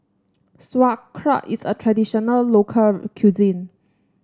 sauerkraut is a traditional local cuisine